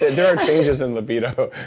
there are changes in libido